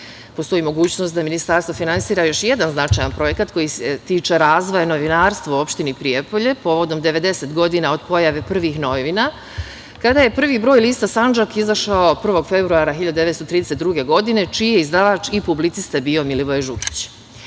mogućnost da Ministarstvo finansira još jedan značajan projekat koji se tiče razvoja novinarstva u opštini Prijepolje povodom 90 godina od pojave prvih novina, kada je prvi broj lista "Sandžak" izašao 1. februara 1932. godine, čiji je izdavač i publicista bio Milivoje Žugić.Za